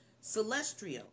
celestial